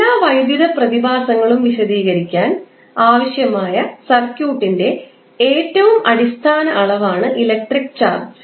എല്ലാ വൈദ്യുത പ്രതിഭാസങ്ങളും വിശദീകരിക്കാൻ ആവശ്യമായ സർക്യൂട്ടിന്റെ ഏറ്റവും അടിസ്ഥാന അളവാണ് ഇലക്ട്രിക് ചാർജ്